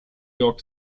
york